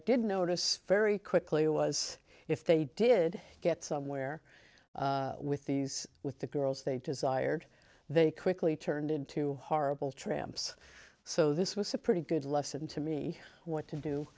did notice very quickly was if they did get somewhere with these with the girls they desired they quickly turned into horrible tramps so this was a pretty good lesson to me what to do